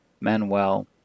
Manuel